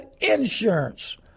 insurance